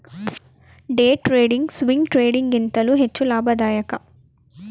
day trading, swing trading ಗಿಂತಲೂ ಹೆಚ್ಚು ಲಾಭದಾಯಕ